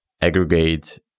aggregate